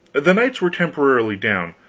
the knights were temporarily down,